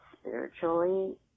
spiritually